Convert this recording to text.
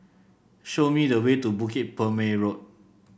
show me the way to Bukit Purmei Road